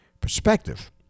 perspective